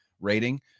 rating